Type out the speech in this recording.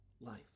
life